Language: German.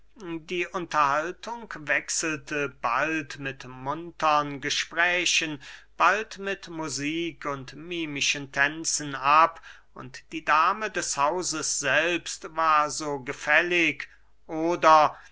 die unterhaltung wechselte bald mit muntern gesprächen bald mit musik und mimischen tänzen ab und die dame des hauses selbst war so gefällig oder